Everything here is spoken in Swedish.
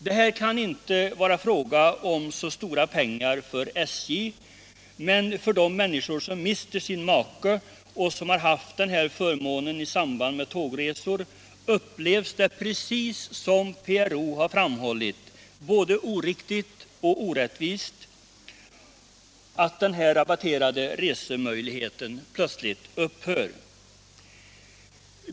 Det kan inte vara fråga om så stora pengar för SJ, men av den människa som mister sin make och har haft denna förmån i samband med tågresor upplevs det, precis som PRO har framhållit, både oriktigt och orättvist att möjligheten till rabatterade resor plötsligt upphör.